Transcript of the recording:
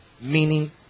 Meaning